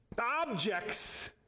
objects